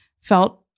felt